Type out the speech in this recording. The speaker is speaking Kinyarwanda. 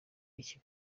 iki